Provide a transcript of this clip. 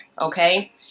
okay